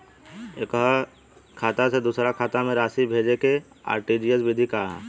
एकह खाता से दूसर खाता में राशि भेजेके आर.टी.जी.एस विधि का ह?